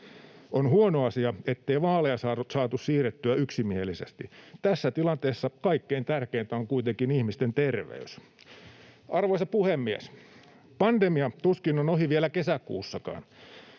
On huono asia, ettei vaaleja saatu siirrettyä yksimielisesti. Tässä tilanteessa kaikkein tärkeintä on kuitenkin ihmisten terveys. Arvoisa puhemies! Pandemia tuskin on ohi vielä kesäkuussakaan.